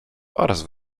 oraz